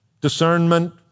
discernment